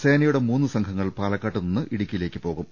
സേനയുടെ മൂന്ന് സംഘങ്ങൾ പാലക്കാട്ടു നിന്ന് ഇടുക്കിയിലേക്ക് പോകും